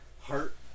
heart